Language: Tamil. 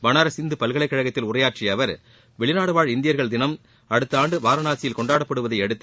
பனாரஸ் இந்து பல்கலைக்கழகத்தில் உரையாற்றிய அவர் வெளிநாடுவாழ் இந்தியர்கள் தினம் அடுத்த வருடம் வாரணாசியில் கொண்டாடப்படுவதையடுத்து